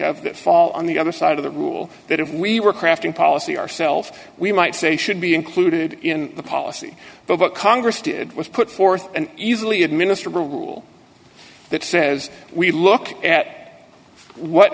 of that fall on the other side of the rule that if we were crafting policy ourself we might say should be included in the policy but what congress did was put forth an easily administered rule that says we look at what